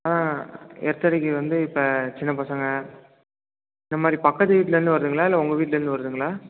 ஆ earth அடிக்கிறது வந்து இப்போ சின்ன பசங்கள் இந்த மாதிரி பக்கத்து வீட்டில் இருந்து வருதுங்களா இல்லை உங்க வீட்டில் இருந்து வருதுங்களா